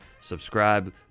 subscribe